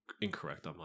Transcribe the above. incorrect